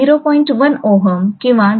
1 Ω किंवा 0